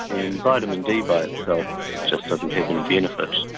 and vitamin d by itself just doesn't have any benefit.